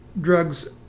drugs